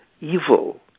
evil